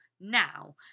now